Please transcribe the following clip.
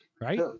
right